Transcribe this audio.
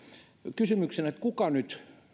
kysymyksen kannalta